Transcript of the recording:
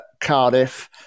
Cardiff